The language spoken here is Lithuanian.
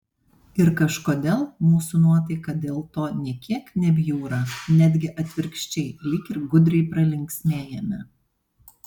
ir kažkodėl mūsų nuotaika dėl to nė kiek nebjūra netgi atvirkščiai lyg ir gudriai pralinksmėjame